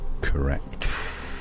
Correct